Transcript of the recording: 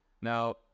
now